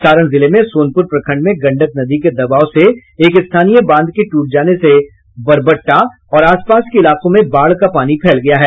सारण जिले में सोनपुर प्रखंड में गंडक नदी के दबाव से एक स्थानीय बांध के टूट जाने से बरबट्टा और आसपास के इलाकों में बाढ़ का पानी फैल गया है